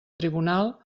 tribunal